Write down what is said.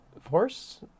force